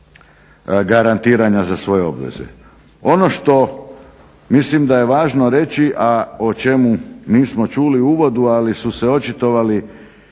garantiranja za svoje obveze. Ono što mislim da je važno reći a o čemu nismo čuli u uvodu, ali su se očitovali